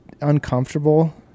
uncomfortable